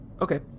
Okay